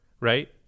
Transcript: right